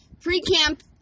pre-camp